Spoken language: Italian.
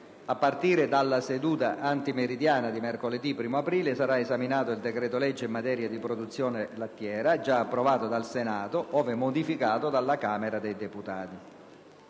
A partire dalla seduta antimeridiana di mercoledì 1° aprile sarà esaminato il decreto-legge in materia di produzione lattiera, già approvato dal Senato, ove modificato dalla Camera dei deputati.